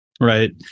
Right